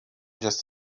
just